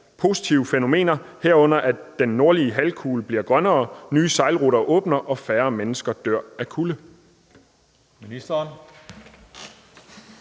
positive fænomener«, herunder at »Den nordlige halvkugle bliver grønnere, nye sejlruter åbner op og færre mennesker dør af kulde«?